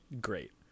great